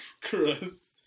crust